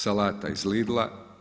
Salata iz Lidla.